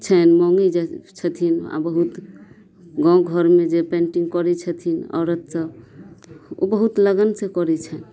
छै मँगै जाइ छथिन आ बहुत गाँव घरमे जे पेन्टिंग करै छथिन औरत सभ ओ बहुत लगन से करै छै